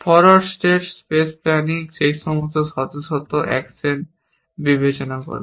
forward state space planning সেই সমস্ত শত শত অ্যাকশন বিবেচনা করবে